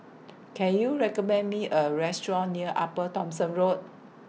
Can YOU recommend Me A Restaurant near Upper Thomson Road